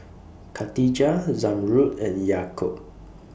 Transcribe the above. Khatijah Zamrud and Yaakob